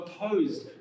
opposed